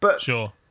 Sure